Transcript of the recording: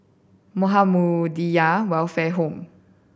Muhammadiyah Welfare Home